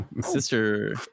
Sister